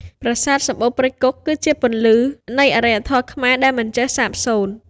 ប្រាសាទសំបូរព្រៃគុក គឺជាពន្លឺនៃអរិយធម៌ខ្មែរដែលមិនចេះសាបសូន្យ។